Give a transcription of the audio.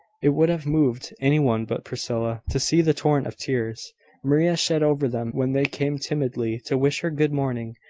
it would have moved any one but priscilla to see the torrent of tears maria shed over them, when they came timidly to wish her good morning,